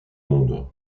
monde